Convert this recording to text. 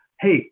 Hey